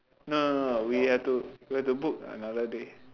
no no no no we have to we have to book another day